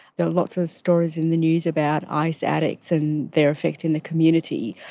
there are lots of stories in the news about ice addicts and their effect in the community.